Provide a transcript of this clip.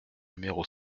numéro